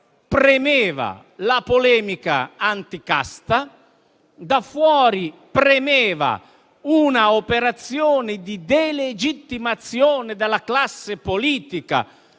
premeva la polemica anti-casta; da fuori premeva una operazione di delegittimazione della classe politica